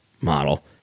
model